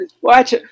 Watch